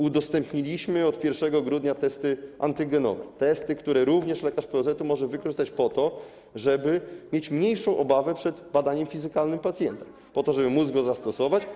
Udostępniliśmy od 1 grudnia testy antygenowe, testy, które również lekarz POZ może wykorzystać po to, żeby mieć mniejszą obawę przed badaniem fizykalnym pacjenta, po to, żeby móc je zastosować.